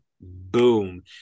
boom